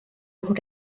juhul